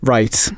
Right